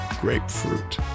Grapefruit